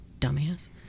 dumbass